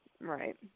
Right